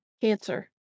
cancer